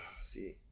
see